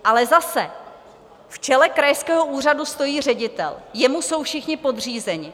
Ale zase, v čele krajského úřadu stojí ředitel, jemu jsou všichni podřízeni.